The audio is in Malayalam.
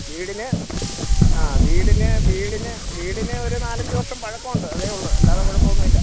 വീടിന് ആ വീടിന് വീടിന് വീടിന് ഒരു നാലഞ്ച് വർഷം പഴക്കം ഉണ്ട് അതെ ഉള്ളൂ അല്ലാതെ കുഴപ്പം ഒന്നും ഇല്ല